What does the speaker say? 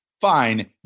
fine